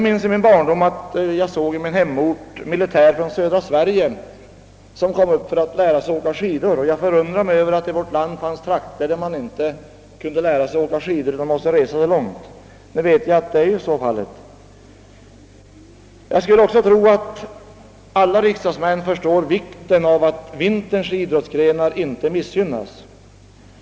I min barndom såg jag i min hemort militärer från södra Sverige som kom upp dit för att lära sig åka skidor, och jag förundrade mig över att det i vårt land fanns trakter där man inte kunde lära sig att åka skidor utan måste resa så långt för att göra det. Jag skulle också tro att alla riksdagsmän förstår vikten av att vinterns idrottsgrenar inte missgynnas.